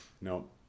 No